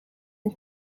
and